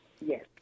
yes